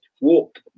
walk